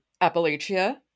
Appalachia